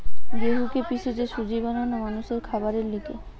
গেহুকে পিষে যে সুজি বানানো মানুষের খাবারের লিগে